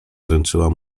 wręczyła